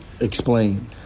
explain